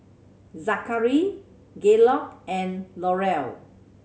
Zakary Gaylord and Laurel